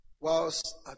whilst